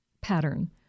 pattern